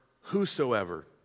whosoever